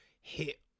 hit